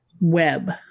web